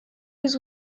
was